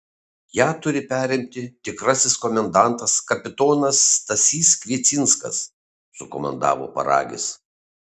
ją turi perimti tikrasis komendantas kapitonas stasys kviecinskas sukomandavo paragis